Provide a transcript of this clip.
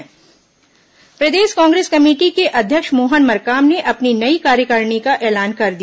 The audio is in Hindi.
कांग्रेस कार्यकारिणी प्रदेष कांग्रेस कमेटी के अध्यक्ष मोहन मरकाम ने अपनी नई कार्यकारिणी का ऐलान कर दिया